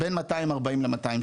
בין 240 ל-260.